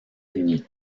unis